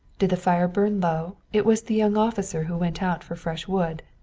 did the fire burn low, it was the young officer who went out for fresh wood.